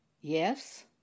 Yes